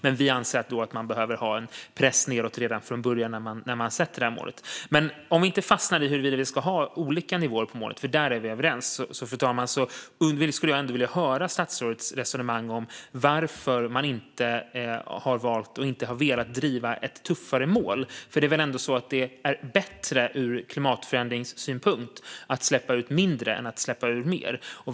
Men vi anser att man behöver ha en press nedåt redan från början när man sätter det här målet. Men om vi inte fastnar i huruvida vi ska ha olika nivåer på målet, för där är vi överens, fru talman, skulle jag ändå vilja höra statsrådets resonemang om varför man inte har valt och velat driva ett tuffare mål. Det är väl ändå bättre ur klimatförändringssynpunkt att släppa ut mindre än att släppa ut mer.